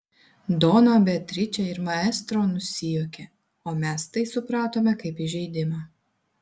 dona beatričė ir maestro nusijuokė o mes tai supratome kaip įžeidimą